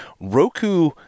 Roku